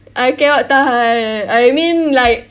I cannot tahan I mean like